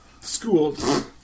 schooled